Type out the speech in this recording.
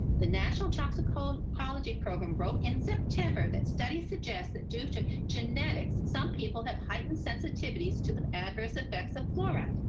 the national toxicology program wrote in september that studies suggest that due to genetics, some people have heightened sensitivities to the adverse effects of fluoride.